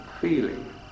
feeling